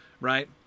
right